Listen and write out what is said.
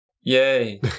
Yay